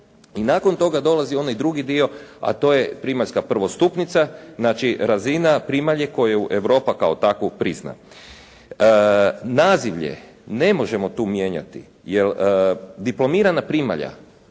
i nakon toga dolazi onaj drugi dio, a to je primaljska prvostupnica, znači razina primalje koju Europa kao takvu prizna. Nazivlje ne možemo tu mijenjati jer diplomirana primalja